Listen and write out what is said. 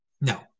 No